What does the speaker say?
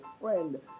friend